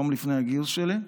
יום לפני הגיוס שלי.